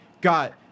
got